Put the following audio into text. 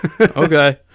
Okay